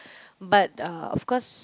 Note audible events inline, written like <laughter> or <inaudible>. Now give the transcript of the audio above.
<breath> but uh of course